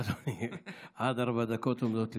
בבקשה, אדוני, עד ארבע דקות עומדות לרשותך.